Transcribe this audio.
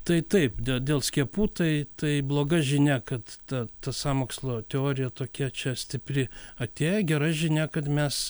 tai taip dė dėl skiepų tai tai bloga žinia kad ta ta sąmokslo teorija tokia čia stipri atėjo gera žinia kad mes